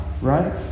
right